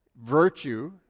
virtue